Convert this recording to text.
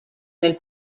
nel